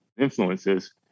influences